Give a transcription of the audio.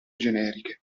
generiche